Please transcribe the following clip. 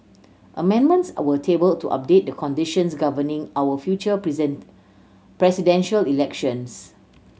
amendments were tabled to update the conditions governing our future presidential elections